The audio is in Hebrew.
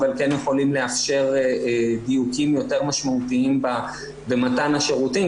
אבל כן יכולים לאפשר דיוקים יותר משמעותיים במתן השירותים.